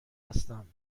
هستم